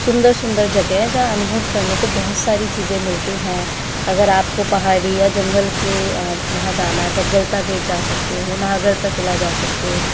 सुंदर सुंदर जगह है जहाँ अनुभव करने को बहुत सारी चीज़े मिलती हैं अगर आपको पहाड़ी या जंगल के वहाँ जाना है तो आप गलता गेट जा सकते हो नारगढ़ का किला जा सकते हो